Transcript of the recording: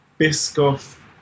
Biscoff